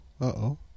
Uh-oh